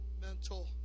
mental